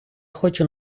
хочу